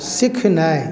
सिखनाइ